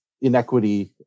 inequity